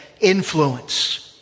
influence